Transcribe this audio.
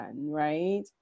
right